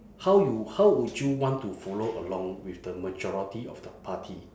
how you how would you want to follow along with the majority of the party